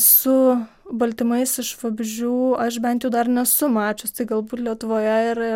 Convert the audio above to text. su baltymais iš vabzdžių aš bent jau dar nesu mačius tai galbūt lietuvoje ir